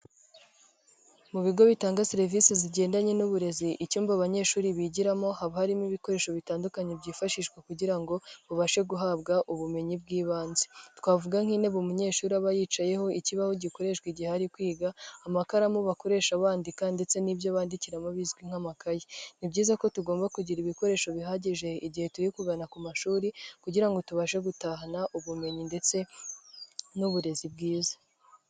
Mu bigo bitanga serivise zigendanye n'uburezi icyumba abanyeshuri bigiramo, haba harimo ibikoresho bitandukanye byifashishwa kugira ngo babashe guhabwa ubumenyi bw'ibanze, twavuga nk'intebe umunyeshuri aba yicayeho, ikibaho gikoreshwa igihe ari kwiga, amakaramu bakoresha bandika ndetse n'ibyo bandikiramo bizwi nk'amakaye. Ni byiza ko tugomba kugira ibikoresho bihagije igihe turi kugana ku mashuri kugira ngo tubashe gutahana ubumenyi ndetse n'uburezi bwiza.